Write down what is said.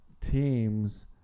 teams